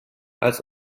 als